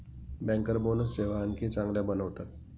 banker bonus सेवा आणखी चांगल्या बनवतात